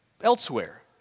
elsewhere